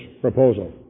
proposal